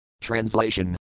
Translation